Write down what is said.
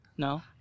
No